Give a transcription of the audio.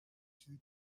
چیزی